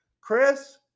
Chris